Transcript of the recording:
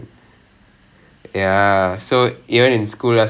ah right right right right ah I get what you mean